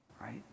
right